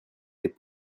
des